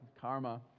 karma